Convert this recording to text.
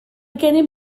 gennym